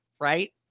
right